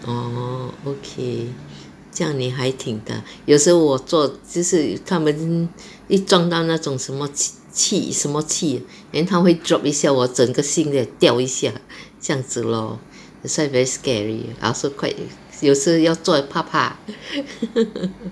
orh okay 这样你还挺大胆有时候我坐就是他们一撞到那种什么气什么气 then 他会一下我整个心也掉一下这样子 lor that's why very scary I also quite 有时要做也怕怕